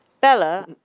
Bella